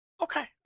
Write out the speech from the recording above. Okay